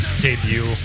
debut